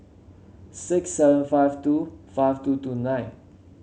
six seven five two five two two nine